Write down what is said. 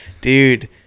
Dude